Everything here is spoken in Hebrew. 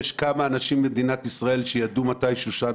יש כמה אנשים במדינת ישראל שידעו מתי שושן